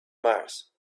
mars